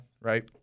Right